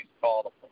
call